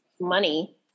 money